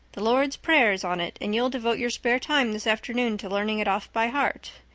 the lord's prayer is on it and you'll devote your spare time this afternoon to learning it off by heart.